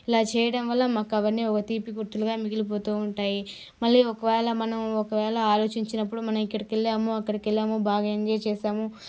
ఇలా చేయడం వల్ల మాకు అవన్నీ ఒక తీపి గుర్తులుగా మిగిలిపోతూ ఉంటాయి మళ్లీ ఒకవేళ మనం ఒకవేళ ఆలోచించినప్పుడు మనం ఇక్కడికి వెళ్ళాము అక్కడికి వెళ్ళాము బాగా ఎంజాయ్ చేసాము